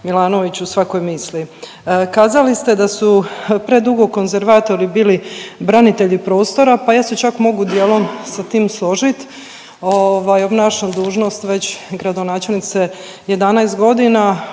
Milanović u svakoj misli. Kazali ste da su predugo konzervatori bili branitelji prostora, pa ja se čak mogu dijelom sa tim složit, ovaj obnašan dužnost već gradonačelnice 11.g.